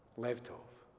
lev tov